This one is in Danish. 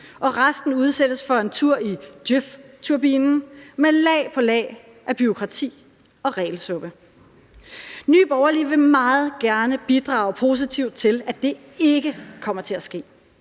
at resten skal udsættes for en tur i Djøf-turbinen med lag på lag af bureaukrati og regelsuppe. Nye Borgerlige vil meget gerne bidrage positivt til, at det ikke kommer til at ske,